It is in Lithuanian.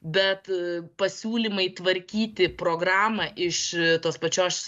bet pasiūlymai tvarkyti programą iš tos pačios